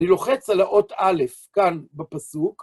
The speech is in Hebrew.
אני לוחץ על האות א' כאן בפסוק